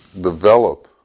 develop